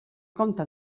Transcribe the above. compte